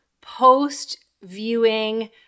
post-viewing